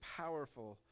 powerful